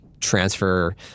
transfer